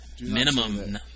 Minimum